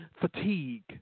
fatigue